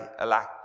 elect